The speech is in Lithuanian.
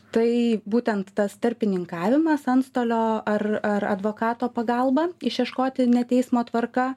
tai būtent tas tarpininkavimas antstolio ar ar advokato pagalba išieškoti ne teismo tvarka